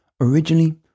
Originally